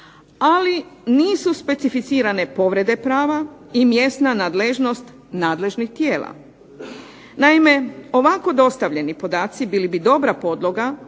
ali nisu specificirane povrede prava i mjesna nadležnost nadležnih tijela. Naime, ovako dostavljeni podaci bili bi dobra podloga